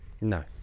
No